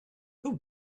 who